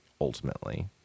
ultimately